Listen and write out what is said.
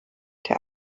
der